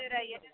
दे रही है